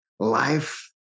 Life